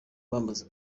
bamaze